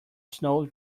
snow